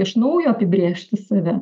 iš naujo apibrėžti save